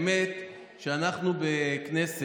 האמת שאנחנו בכנסת,